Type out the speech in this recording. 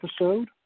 episode